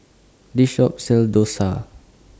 This Shop sells Dosa